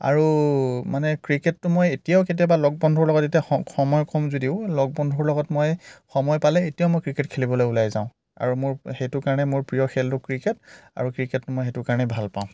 আৰু মানে ক্ৰিকেটটো মই এতিয়াও কেতিয়াবা লগ বন্ধুৰ লগত এতিয়া সময় কম যদিও লগ বন্ধুৰ লগত মই সময় পালে এতিয়াও মই ক্ৰিকেট খেলিবলৈ ওলাই যাওঁ আৰু মোৰ সেইটো কাৰণে মোৰ প্ৰিয় খেলটো ক্ৰিকেট আৰু ক্ৰিকেটটো মই সেইটো কাৰণেই ভাল পাওঁ